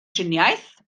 triniaeth